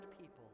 people